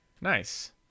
Nice